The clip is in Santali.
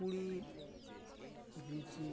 ᱠᱩᱲᱤ ᱨᱤᱪᱤ